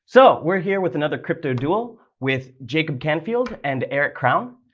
so, we're here with another crypto duel with jacob canfield and eric krown.